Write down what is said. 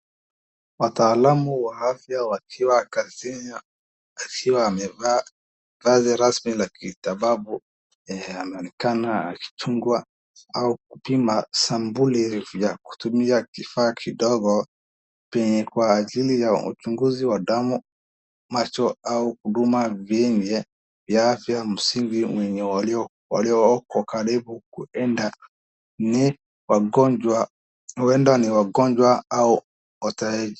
Wataalamu wa afya wakiwa kaavaa vazi rasmi lakitibabu ya Amerikana hakitungua au kupima sambuli rifu ya kutumbia kifaa kidogo penye kwa ajili ya utunguzi wa damu macho au huduma vime ya afya msingi mwenye walio huku karibu kuenda ni wagonjwa.